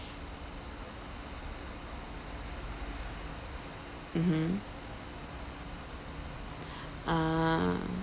mmhmm ah